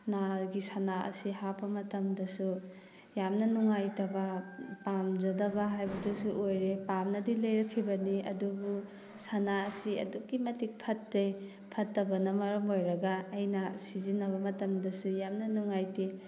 ꯅꯥꯒꯤ ꯁꯅꯥ ꯑꯁꯤ ꯍꯥꯞꯄ ꯃꯇꯝꯗꯁꯨ ꯌꯥꯝꯅ ꯅꯨꯡꯉꯥꯏꯇꯕ ꯄꯥꯝꯖꯗꯕ ꯍꯥꯏꯕꯗꯨꯁꯨ ꯑꯣꯏꯔꯦ ꯄꯥꯝꯅꯗꯤ ꯂꯩꯔꯛꯈꯤꯕꯅꯦ ꯑꯗꯨꯕꯨ ꯁꯅꯥ ꯑꯁꯤ ꯑꯗꯨꯛꯀꯤ ꯃꯇꯤꯛ ꯐꯠꯇꯦ ꯐꯠꯇꯕꯅ ꯃꯔꯝ ꯑꯣꯏꯔꯒ ꯑꯩꯅ ꯁꯤꯖꯤꯟꯅꯕ ꯃꯇꯝꯗꯁꯨ ꯌꯥꯝꯅ ꯅꯨꯡꯉꯥꯏꯇꯦ